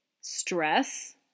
Stress